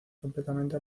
completamente